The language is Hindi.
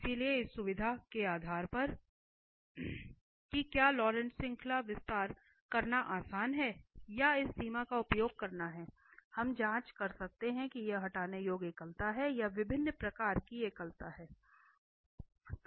इसलिए इस सुविधा के आधार पर कि क्या लॉरेंट श्रृंखला विस्तार करना आसान है या इस सीमा का उपयोग करना है हम जांच कर सकते हैं कि यह हटाने योग्य एकलता है या विभिन्न प्रकार की एकलता है